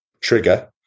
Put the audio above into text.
trigger